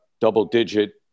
double-digit